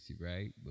right